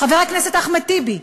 חבר הכנסת אחמד טיבי,